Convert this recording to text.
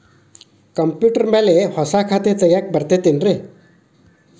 Computer ಮ್ಯಾಲೆ ಹೊಸಾ ಖಾತೆ ತಗ್ಯಾಕ್ ಬರತೈತಿ ಏನ್ರಿ?